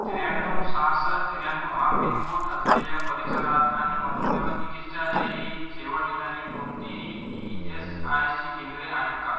त्र्याण्णव सहासष्ट त्र्याण्णव हा पिनकोड असलेल्या परिसरात आणि मधुमेह चिकित्सालय ही सेवा देणारी कोणतीही ई एस आय सी केंद्रे आहेत का